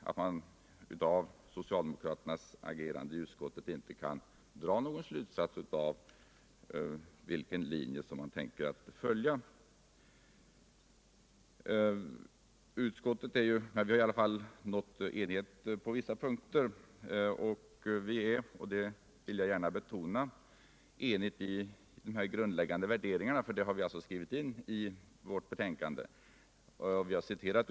Av socialdemokraternas agerande i utskottet går det inte att dra någon slutsats om vilken linje de tänker följa. Inom utskottet har vi i alla fall nått enighet på vissa punkter, och vi är eniga i de grundläggande värderingarna — det vill jag gärna betona. Vi har också skrivit in detta i vårt betänkande.